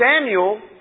Samuel